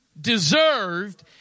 deserved